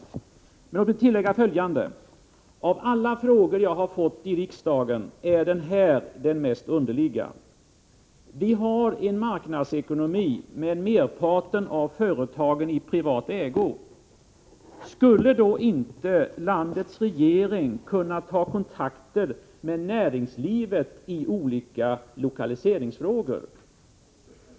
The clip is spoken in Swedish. Låt mig emellertid tillägga följande: Av alla frågor jag har fått i riksdagen är denna den mest underliga. Vi har en marknadsekonomi med merparten av företagen i privat ägo. Skulle då inte landets regering kunna ta kontakter med näringslivet i olika lokaliseringsfrågor?